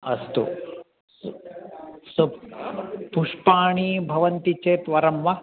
अस्तु सो पुष्पाणि भवन्ति चेत् वरं वा